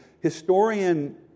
historian